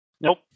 Nope